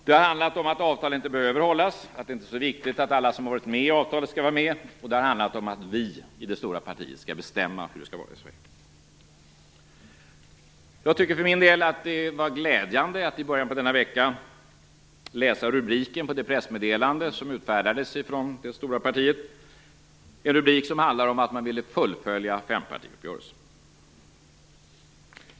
Det har handlat om att avtal inte behöver hållas, att det inte är så viktigt att alla som har varit med i avtalet skall var med och det har handlat om att "vi" i det stora partiet skall bestämma hur det skall vara i Jag tycker för min del att det var glädjande att i början på denna vecka läsa rubriken på det pressmeddelande som utfärdades från det stora partiet, en rubrik som handlade om att man ville fullfölja fempartiuppgörelsen.